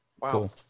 cool